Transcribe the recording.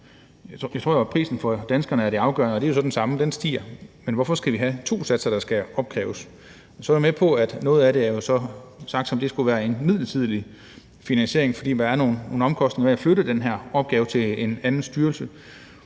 Jeg tror jo, at prisen er det afgørende for danskerne, og den er jo så den samme: Den stiger. Men hvorfor skal vi have to satser, der skal opkræves? Så er jeg med på, at det er blevet sagt, at noget af det skulle være en midlertidig finansiering, fordi der er nogle omkostninger ved at flytte den her opgave til en anden styrelse,